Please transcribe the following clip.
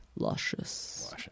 Luscious